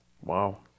Wow